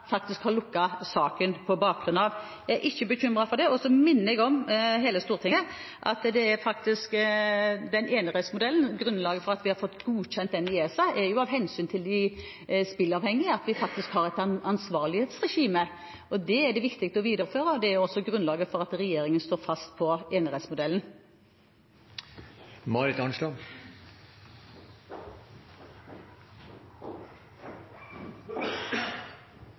faktisk har lukket saken på bakgrunn av. Jeg er ikke bekymret for det. Og jeg minner hele Stortinget om at grunnlaget for at vi har fått godkjent enerettsmodellen i ESA, er hensynet til de spilleavhengige – at vi faktisk har et ansvarlighetsregime. Det er det viktig å videreføre, og det er også grunnlaget for at regjeringen står fast på enerettsmodellen.